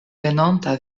venonta